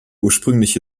ursprüngliche